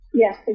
Yes